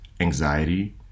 anxiety